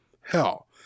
hell